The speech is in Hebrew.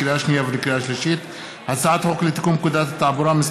לקריאה שנייה ולקריאה שלישית: הצעת חוק לתיקון פקודת התעבורה (מס'